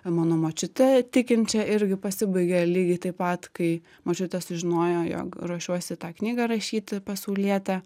mano močiute tikinčia irgi pasibaigė lygiai taip pat kai močiutė sužinojo jog ruošiuosi tą knygą rašyti pasaulietė